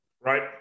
right